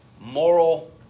moral